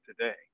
today